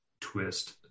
twist